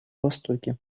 востоке